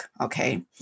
Okay